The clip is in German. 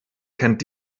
kennt